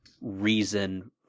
reason